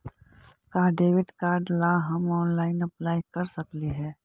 का debit card ला हम ऑनलाइन अप्लाई कर सकली हे?